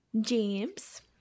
James